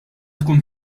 tkun